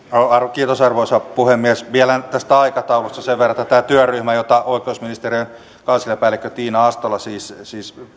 kiitos arvoisa puhemies vielä tästä aikataulusta sen verran että tämä työryhmä jota oikeusministeriön kansliapäällikkö tiina astola siis siis